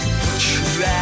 try